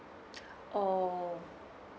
oh